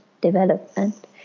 development